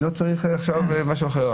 אני לא צריך עכשיו משהו אחר,